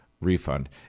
refund